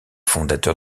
fondateur